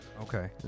Okay